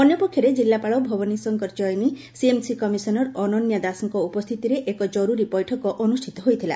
ଅନ୍ୟପକ୍ଷରେ କିଲ୍କାପାଳ Bhabani Shankar Chayani CMC commissioner Ananya ଦାସଙ୍କ ଉପସ୍ଥିତିରେ ଏକ ଜରୁରୀ ବୈଠକ ଅନୁଷିତ ହୋଇଥିଲା